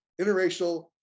interracial